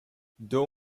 d’un